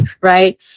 right